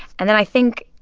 and then i think,